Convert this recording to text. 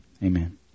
Amen